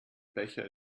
becher